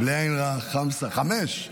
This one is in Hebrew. בלי עין רעה, חמסה, חמישה.